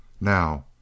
Now